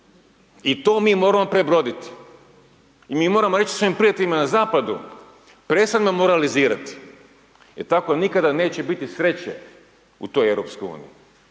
i to mi moramo prebroditi. I mi moramo reći svojim prijateljima na zapadu, prestanimo moralizirati, jer tako nikada neće biti sreće u toj Europskoj uniji.